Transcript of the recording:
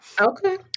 Okay